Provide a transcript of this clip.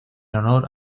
honor